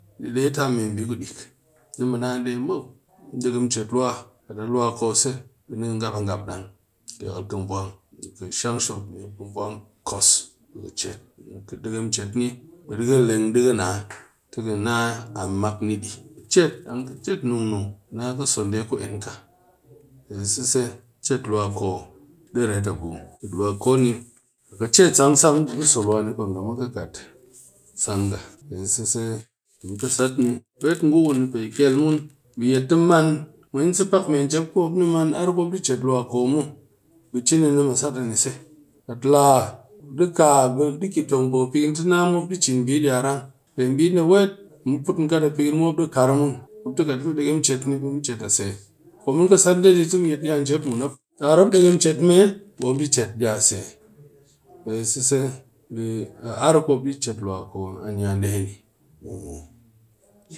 Di de a me bi ku dek, ni mu naa nde muw deghem chet luwa kat a luwa ko se bi ni ngap-ngap dang yakal ka vwang be ka shang shop ni di ka vwang ka kos bi ka chet kat ka deghem chet ni di ka leng de ka naa tɨ naa am mak ni dɨ ki chet dang ki chet nun-nun na ka so nde ku en ka pe sise chet luwa ko di ret abu, kat luwa ni kat ki chet sang-sang bi so luwa ni bi kat sang nga, pe sise wet ngu ku ni pe kel mun bi yet ti maan mwense pak me njep ku mop maan ar ni ku mop chet luwa ko muw, bɨ chi ni be nimu sat ani se kat la di kaa bi de tong po pighin ti na mop di chin bi ɗi ran pe bi di wet mu put mu kat a pighin mu mop dɨ kar mun, mop ti kat mu deghem chet ni bi mu chet a se kwa mun po sat ni ti mu yet diya njep mu mop pe seise a ar ku mop di chet luwa ko diya nde ni.